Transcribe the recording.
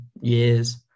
years